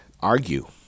argue